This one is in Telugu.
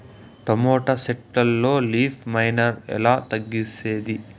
టమోటా చెట్లల్లో లీఫ్ మైనర్ ఎట్లా తగ్గించేది?